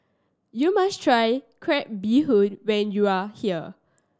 you must try crab bee hoon when you are here